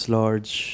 large